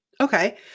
Okay